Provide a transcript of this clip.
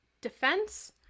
defense